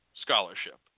scholarship